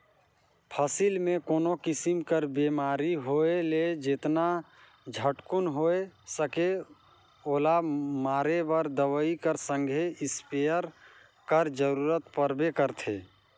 फसिल मे कोनो किसिम कर बेमारी होए ले जेतना झटकुन होए सके ओला मारे बर दवई कर संघे इस्पेयर कर जरूरत परबे करथे